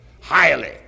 highly